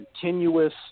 continuous